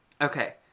okay